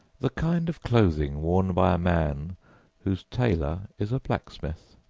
the kind of clothing worn by a man whose tailor is a blacksmith.